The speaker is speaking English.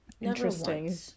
Interesting